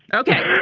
ok.